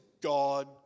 God